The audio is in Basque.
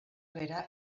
bera